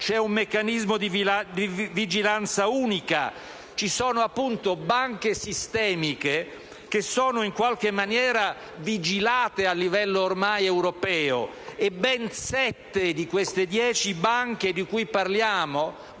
c'è un meccanismo di vigilanza unico, che ci sono appunto banche sistemiche che sono in qualche modo vigilate ormai a livello europeo e ben sette di queste dieci banche popolari di cui parliamo